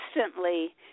constantly